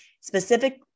specific